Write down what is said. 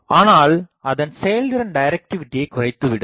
ஆனால் அதன் செயல்திறன் டைரக்டிவிடியை குறைத்துவிடும்